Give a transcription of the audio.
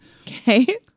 Okay